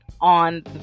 on